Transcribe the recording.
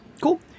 Cool